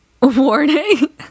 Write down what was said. warning